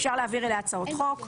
אפשר להעביר אליה הצעות חוק,